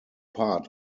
part